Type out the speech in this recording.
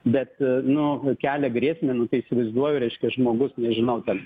bet nu kelia grėsmę nu tai įsivaizduoju reiškia žmogus nežinau ten